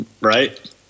right